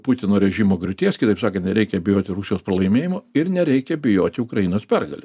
putino režimo griūties kitaip sakant nereikia bijoti rusijos pralaimėjimo ir nereikia bijoti ukrainos pergalės